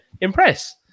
impress